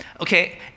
Okay